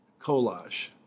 Collage